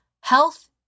Health